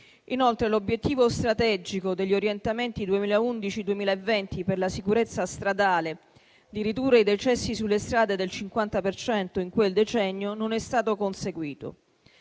Inoltre, l'obiettivo strategico degli orientamenti 2011-2020 per la sicurezza stradale di ridurre i decessi sulle strade del 50 per cento in quel decennio non è stato conseguito.